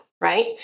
Right